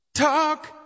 Talk